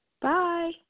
Bye